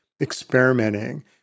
experimenting